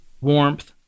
warmth